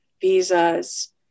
visas